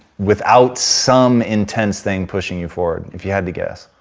without some intense thing pushing you forward, if you had to guess.